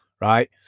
Right